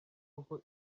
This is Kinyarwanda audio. uko